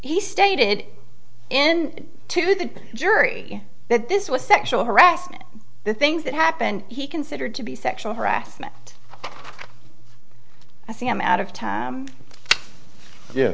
he stated in to the jury that this was sexual harassment the things that happened he considered to be sexual harassment i think i'm out of time ye